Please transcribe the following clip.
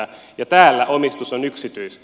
ja täällä omistus on yksityistä